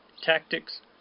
tactics